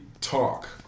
talk